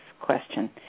question